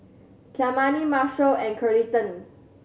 Kymani Marshal and Carleton